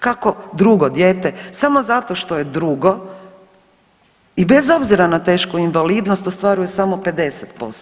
Kako drugo dijete, samo zato što je drugo i bez obzira na tešku invalidnost ostvaruje samo 50%